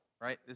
right